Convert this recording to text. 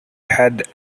heard